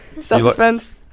self-defense